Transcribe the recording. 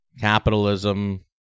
capitalism